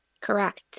Correct